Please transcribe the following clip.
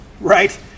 right